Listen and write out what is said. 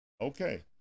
Okay